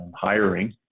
hiring